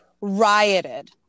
rioted